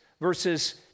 versus